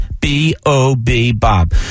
B-O-B-Bob